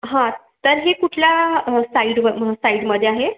हं तर ही कुठल्या साईडव म्ह साईडमध्ये आहे